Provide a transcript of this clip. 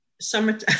Summertime